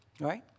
Right